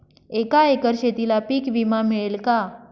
एका एकर शेतीला पीक विमा मिळेल का?